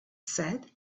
said